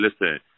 Listen